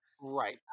Right